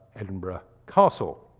edinburgh castle.